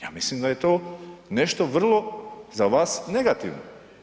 Ja mislim da je to nešto vrlo za vas negativno.